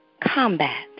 combat